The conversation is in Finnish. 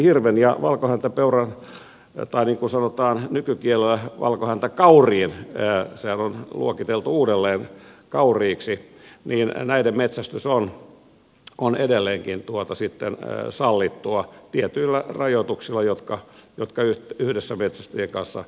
hirven ja valkohäntäpeuran tai niin kuin sanotaan nykykielellä valkohäntäkauriin sehän on luokiteltu uudelleen kauriiksi metsästys on edelleenkin sitten sallittua tietyillä rajoituksilla jotka yhdessä metsästäjien kanssa sovitaan